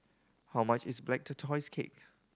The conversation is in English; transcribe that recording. how much is Black Tortoise Cake